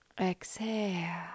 exhale